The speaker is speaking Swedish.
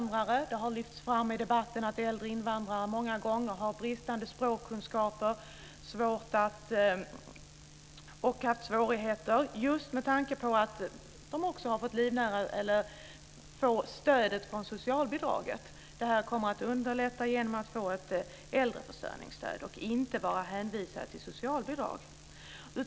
Det har lyfts fram i debatten att äldre invandrare många gånger har bristande språkkunskaper och har svårigheter just med tanke på att de får sitt stöd från socialbidraget. Deras situation kommer att underlättas tack vare äldreförsörjningsstödet och genom att de inte behöver vara hänvisade till socialbidrag.